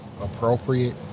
appropriate